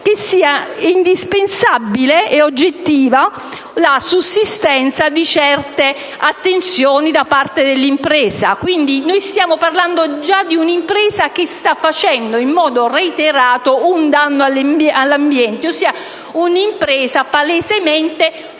che sia indispensabile ed oggettiva la sussistenza di certe attenzioni da parte dell'impresa. Quindi, stiamo parlando di un'impresa che sta facendo, in modo reiterato, un danno all'ambiente, ossia di un'impresa palesemente fuorilegge.